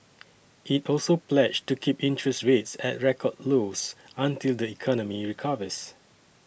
it also pledged to keep interest rates at record lows until the economy recovers